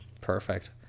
Perfect